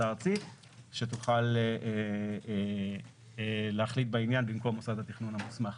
הארצית שתוכל להחליט בעניין במקום מוסד התכנון המוסמך.